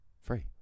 Free